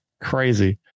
crazy